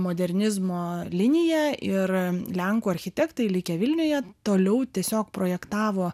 modernizmo linija ir lenkų architektai likę vilniuje toliau tiesiog projektavo